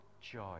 joy